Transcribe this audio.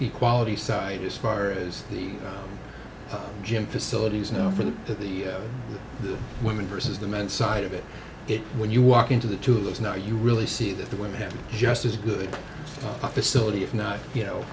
equality side just far as the gym facilities now for the for the women versus the men side of it is when you walk into the two of those now you really see that the women have just as good a facility if not you know